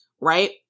right